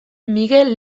migel